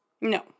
No